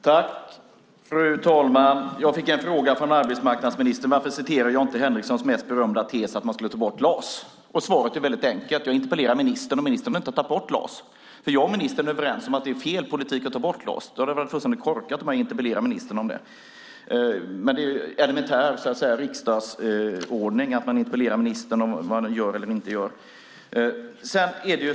Fru talman! Jag fick en fråga från arbetsmarknadsministern varför jag inte citerar Henreksons mest berömda tes att man ska ta bort LAS. Svaret är väldigt enkelt: Jag interpellerar ministern, och ministern vill inte ta bort LAS. Jag och ministern är överens om att det är fel politik att ta bort LAS, och då hade det varit fullständigt korkat om jag hade interpellerat ministern om det. Det är elementär riksdagsordning att man interpellerar ministern om vad han gör eller inte gör.